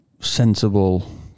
sensible